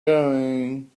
going